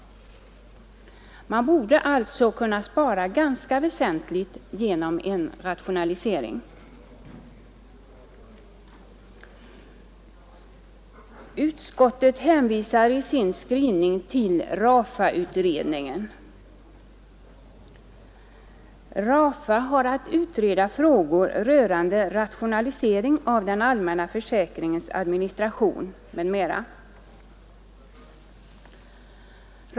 Det borde alltså kunna sparas ganska väsentligt genom en rationalisering. Utskottet hänvisar i sin skrivning till RA FA-utredningen, som har att utreda frågor rörande rationalisering av den allmänna försäkringens administration m.m.